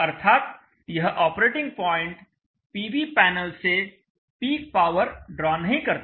अर्थात यह operating point PV panel से पीक पावर ड्रा नहीं करता